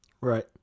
Right